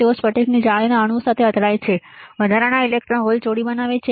તેઓ સ્ફટિક જાળીના અણુઓ સાથે અથડાય છે વધારાના ઇલેક્ટ્રોન હોલ જોડી બનાવે છે